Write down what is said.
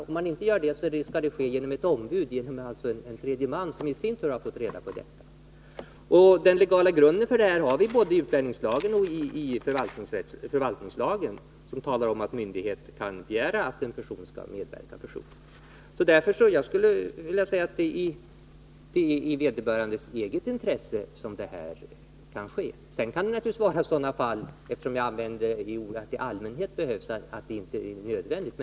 Om han inte gör det skall det ske genom ett ombud, dvs. en tredje person som i sin tur fått vetskap om skälen. Den legala grunden för detta har vi både i utlänningslagen och i förvaltningslagen, som säger att myndighet kan begära personlig inställelse. Jag skulle därför vilja säga att det är i vederbörandes eget intresse som detta kan ske. Sedan kan det naturligtvis finnas sådana fall där detta inte är nödvändigt, och det var därför jag använde uttrycket ”i allmänhet”.